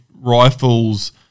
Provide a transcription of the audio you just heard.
rifle's